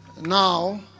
Now